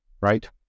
right